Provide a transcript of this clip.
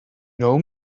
know